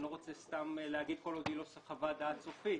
אני לא רוצה סתם לומר כל עוד היא לא חוות דעת סופית.